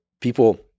People